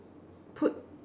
put